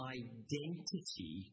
identity